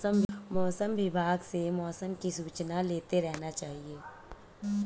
मौसम विभाग से मौसम की सूचना लेते रहना चाहिये?